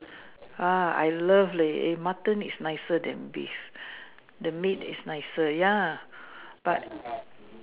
ah I love leh eh Mutton is nicer than beef the meat is nicer ya but